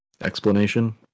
explanation